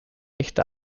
echte